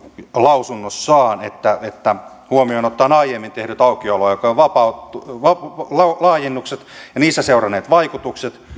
lausunnossaan että huomioon ottaen aiemmin tehdyt aukioloaikojen laajennukset ja niistä seuranneet vaikutukset